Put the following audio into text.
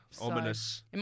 Ominous